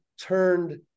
turned